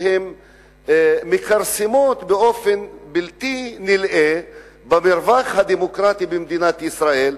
שהן מכרסמות באופן בלתי נלאה במרווח הדמוקרטי במדינת ישראל,